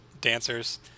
dancers